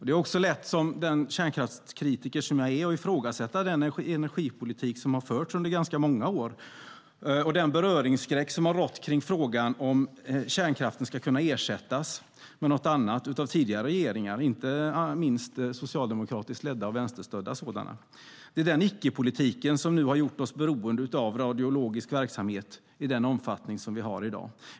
Det är också lätt, för mig som kärnkraftskritiker, att ifrågasätta den energipolitik som har förts under ganska många år och den beröringsskräck som har rått kring frågan om kärnkraften ska kunna ersättas med något annat av tidigare regeringar, inte minst socialdemokratiskt ledda och vänsterstödda sådana. Det är den icke-politiken som nu har gjort oss beroende av radiologisk verksamhet i den omfattning som vi har i dag.